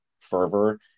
fervor